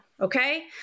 okay